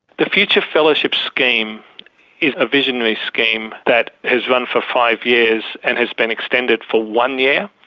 the future fellowships scheme is ah visionary scheme that has run for five years and has been extended for one year.